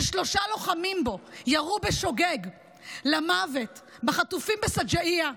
ששלושה לוחמים ממנו ירו בשוגג למוות בחטופים בשג'אעיה,